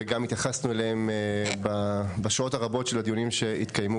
וגם התייחסנו אליהן בשעות הרבות של הדיונים שהתקיימו